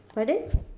pardon